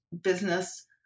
Business